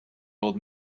old